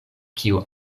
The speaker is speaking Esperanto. kiu